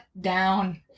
down